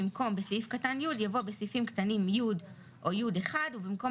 במקום "בסעיף קטן (י)" יבוא "בסעיפים קטנים (י) או (י1)" ובמקום